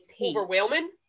overwhelming